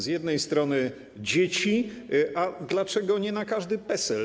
Z jednej strony dzieci - a dlaczego nie na każdy PESEL?